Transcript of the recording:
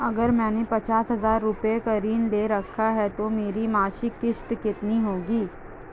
अगर मैंने पचास हज़ार रूपये का ऋण ले रखा है तो मेरी मासिक किश्त कितनी होगी?